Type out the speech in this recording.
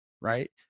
Right